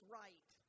right